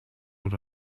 өөр